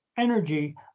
energy